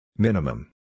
Minimum